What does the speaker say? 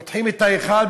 פותחים את ההיכל,